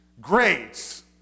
grades